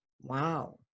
wow